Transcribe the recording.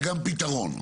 וגם פתרון,